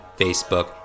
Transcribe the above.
Facebook